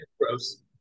Gross